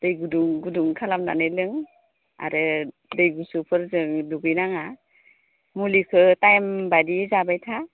दै गुदुं गुदुं खालामनानै लों आरो दै गुसुफोरजों दुगै नाङा मुलिखौ टाइम बायदि जाबाय था